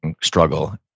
struggle